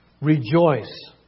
Rejoice